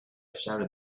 shouted